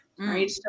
Right